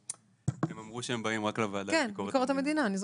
הם אמרו שהם באים רק לוועדת ביקורת המדינה.